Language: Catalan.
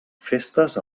festes